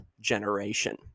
generation